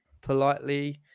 politely